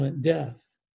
death